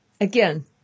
Again